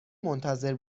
منتظر